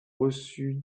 reçu